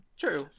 true